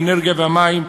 האנרגיה והמים,